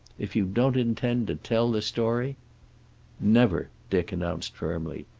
if you don't intend to tell the story never, dick announced, firmly.